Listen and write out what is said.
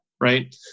right